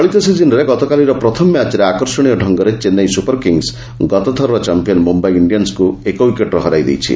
ଚଳିତ ସିଜିନ୍ରେ ଗତକାଲିର ପ୍ରଥମ ମ୍ୟାଚ୍ରେ ଆକର୍ଷଣୀୟ ଡଙ୍ଗରେ ଚେନ୍ନାଇ ସୁପର୍ କିଙ୍ଗ୍ସ୍ ଗତଥରର ଚାମ୍ପିୟନ୍ ମୁମ୍ୟାଇ ଇଣ୍ଡିଆନ୍ସକୁ ଏକ ୱିକେଟ୍ରେ ହରାଇ ଦେଇଛି